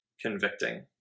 convicting